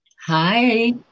Hi